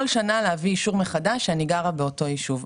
כל שנה אני צריכה להביא אישור מחדש שאני גרה באותו יישוב.